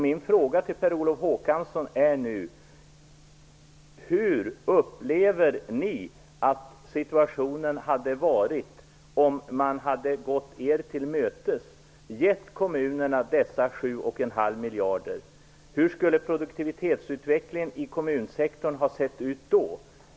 Mina frågor till Per Olof Håkansson är nu: Hur upplever ni att situationen hade varit om man hade gått er till mötes och givit kommunerna 7,5 miljarder kronor? Hur skulle produktivitetsutvecklingen i kommunsektorn ha sett ut då?